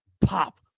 Pop